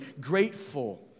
grateful